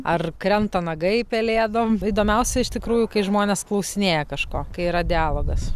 ar krenta nagai pelėdom įdomiausia iš tikrųjų kai žmonės klausinėja kažko kai yra dialogas